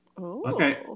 Okay